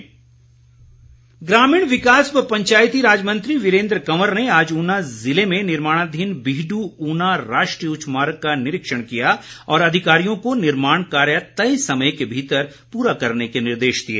वीरेन्द्र कंवर ग्रामीण विकास व पंचायतीराज मंत्री वीरेन्द्र कंवर ने आज ऊना ज़िले में निर्माणाधीन बीहडू ऊना राष्ट्रीय उच्च मार्ग का निरीक्षण किया और अधिकारियों को निर्माण कार्य तय समय के भीतर पूरा करने के निर्देश दिए